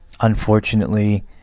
unfortunately